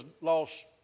lost